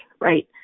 right